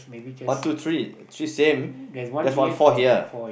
one two three three same just one four here